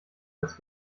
als